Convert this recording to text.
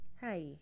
Hi